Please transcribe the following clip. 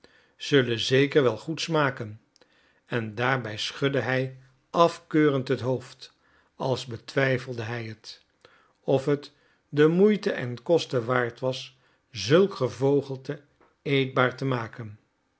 zullen zeker wel goed smaken en daarbij schudde hij afkeurend met het hoofd als betwijfelde hij het of het de moeite en kosten waard was zulk gevogelte eetbaar te maken